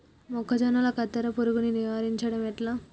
మొక్కజొన్నల కత్తెర పురుగుని నివారించడం ఎట్లా?